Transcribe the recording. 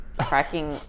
cracking